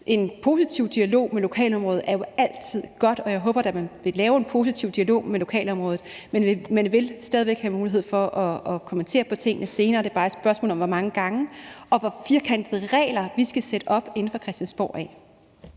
En positiv dialog med lokalområdet er jo altid godt, og jeg håber da, at man vil have en positiv dialog med lokalområdet, men man vil stadig væk have mulighed for at kommentere på tingene senere. Det er bare et spørgsmål om hvor mange gange, og hvor firkantede regler vi skal sætte op inde fra Christiansborg.